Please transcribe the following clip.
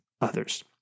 others